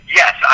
yes